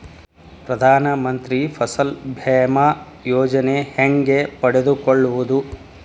ಪ್ರಧಾನ ಮಂತ್ರಿ ಫಸಲ್ ಭೇಮಾ ಯೋಜನೆ ಹೆಂಗೆ ಪಡೆದುಕೊಳ್ಳುವುದು?